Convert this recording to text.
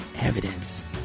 evidence